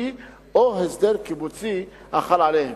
קיבוצי או הסדר קיבוצי החל עליהם.